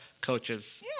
coaches